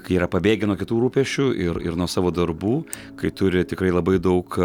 kai yra pabėgę nuo kitų rūpesčių ir ir nuo savo darbų kai turi tikrai labai daug